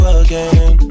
again